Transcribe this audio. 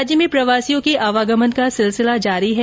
राज्य में प्रवासियों के आवागमन का सिलसिला जारी है